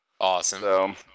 Awesome